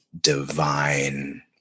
divine